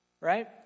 Right